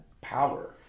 power